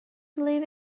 believe